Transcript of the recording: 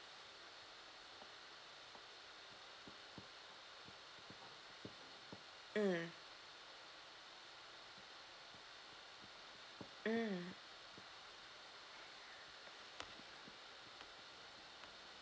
mm mm